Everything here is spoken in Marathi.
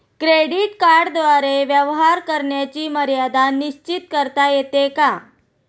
क्रेडिट कार्डद्वारे व्यवहार करण्याची मर्यादा निश्चित करता येते का?